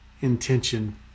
intention